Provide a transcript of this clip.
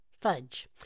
Fudge